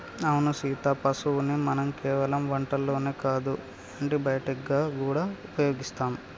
అవును సీత పసుపుని మనం కేవలం వంటల్లోనే కాదు యాంటీ బయటిక్ గా గూడా ఉపయోగిస్తాం